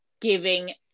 giving